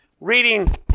reading